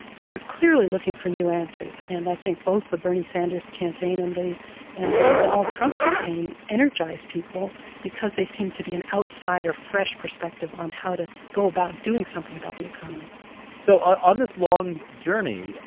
so they're clearly looking for new answers. and i think both the bernie sanders campaign and and the donald trump campaign energize people because they seem to be an outsider, fresh perspective on how to go about doing something about the economy so on this long journey,